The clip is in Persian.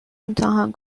امتحان